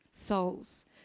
souls